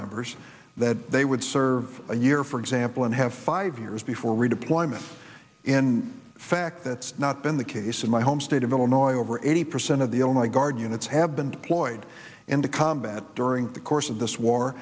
members that they would serve a year for example and have five years before redeployment in fact that's not been the case in my home state of illinois over eighty percent of the only guard units have been deployed into combat during the course of this war